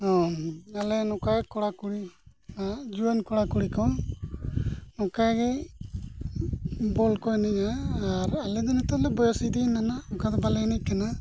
ᱟᱢ ᱟᱞᱮ ᱱᱚᱝᱠᱟ ᱠᱚᱲᱟᱼᱠᱩᱲᱤ ᱟᱜ ᱡᱩᱣᱟᱹᱱ ᱠᱚᱲᱟᱼᱠᱩᱲᱤ ᱠᱚ ᱱᱚᱝᱠᱟ ᱜᱮ ᱵᱚᱞ ᱠᱚ ᱮᱱᱮᱡᱼᱟ ᱟᱨ ᱟᱞᱮ ᱫᱚ ᱱᱤᱛᱚᱜ ᱞᱮ ᱵᱚᱭᱚᱥ ᱤᱫᱤᱭᱱᱟ ᱦᱟᱸᱜ ᱚᱱᱠᱟ ᱫᱚ ᱵᱟᱞᱮ ᱮᱱᱮᱡ ᱠᱟᱱᱟ